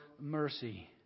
mercy